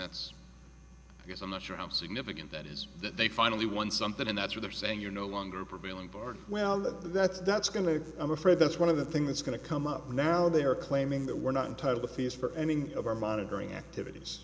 that's because i'm not sure how significant that is that they finally won something and that's why they're saying you're no longer prevailing board well that that's that's going to i'm afraid that's one of the thing that's going to come up now they are claiming that we're not entitle the fees for ending of our monitoring activities